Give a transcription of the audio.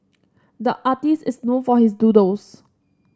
the artist is known for his doodles